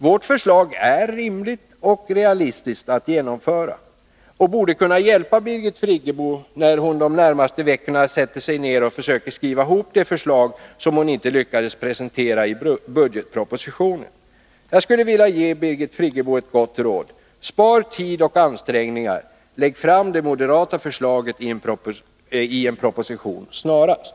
Vårt förslag är rimligt och realistiskt att genomföra och borde kunna hjälpa Birgit Friggebo när hon under de närmaste veckorna sitter och försöker skriva ihop det förslag som hon inte lyckades presentera i budgetpropositionen. Jag skulle vilja ge Birgit Friggebo ett gott råd. Spara tid och ansträngningar! Lägg fram det moderata förslaget i en proposition snarast!